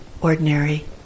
ordinary